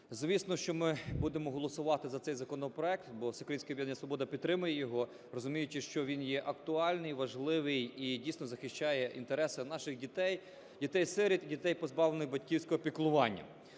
Звісно, що ми будемо голосувати за цей законопроект, бо Всеукраїнське об'єднання "Свобода" підтримує його, розуміючи, що він є актуальний, важливий і дійсно захищає інтереси наших дітей, дітей-сиріт, дітей, позбавлених батьківського піклування.